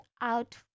out